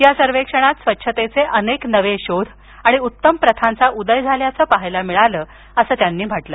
या सर्वेक्षणात स्वच्छतेचे अनेक नवे शोध आणि उत्तम प्रथांचा उदय झाल्याचं पाहायला मिळालं असं ते म्हणाले